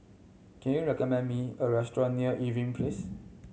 can you recommend me a restaurant near Irving Place